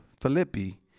Philippi